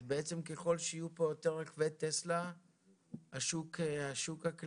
אז בעצם ככל שיהיו פה יותר רכבי טסלה השוק הכללי,